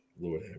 lord